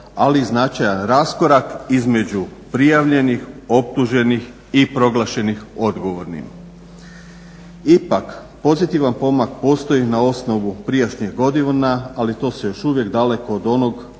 ali i značajan raskorak između prijavljenih, optuženih i proglašenih odgovornim. Ipak pozitivan pomak postoji na osnovu prijašnjih godina, ali to je još uvijek daleko od onog kako